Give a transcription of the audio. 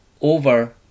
over